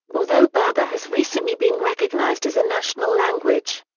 although berber has recently been recognized as a national language.